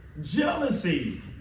jealousy